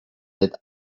that